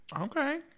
Okay